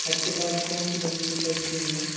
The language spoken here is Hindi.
आप के पास कौन सी कंपनी का आइसक्रीम है मैम